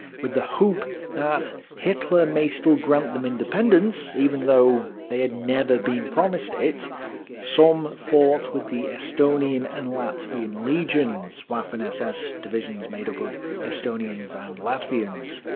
with the hope that hitler may still grant them independence even though they had never been promised it some fought with the estonian and latvian legions waffen ss divisions made up of estonians and latvians.